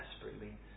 desperately